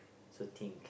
so think